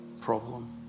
problem